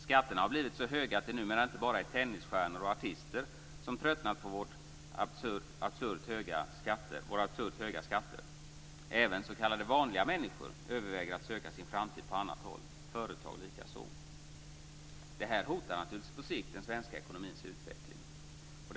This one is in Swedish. Skatterna har blivit så höga att det numera inte bara är tennisstjärnor och artister som tröttnat på våra absurt höga skatter. Även s.k. vanliga människor överväger att söka sin framtid på annat håll, företag likaså. Detta hotar naturligtvis på sikt den svenska ekonomins utveckling.